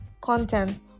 content